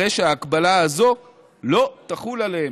הרי שההגבלה הזאת לא תחול עליהם.